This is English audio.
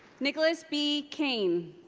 nicholas b. cain.